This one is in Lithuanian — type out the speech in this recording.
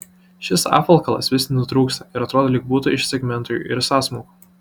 šis apvalkalas vis nutrūksta ir atrodo lyg būtų iš segmentų ir sąsmaukų